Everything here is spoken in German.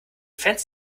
fenster